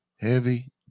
Heavy